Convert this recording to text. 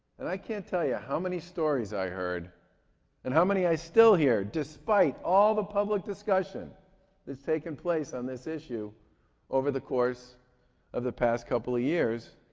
and i can't tell you how many stories i heard and how many i still hear despite all the public discussion that's taken place on this issue over the course of the past couple of years